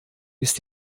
ist